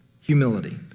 humility